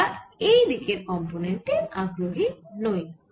আমরা এইদিকের Refer time 2856 কম্পোনেন্টে আগ্রহী নই